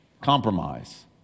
Compromise